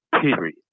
Period